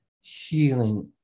healing